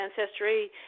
ancestry